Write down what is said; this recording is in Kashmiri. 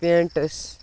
پینٛٹس